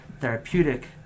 therapeutic